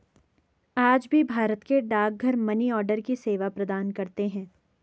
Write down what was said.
आज भी भारत के डाकघर मनीआर्डर की सेवा प्रदान करते है